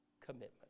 commitment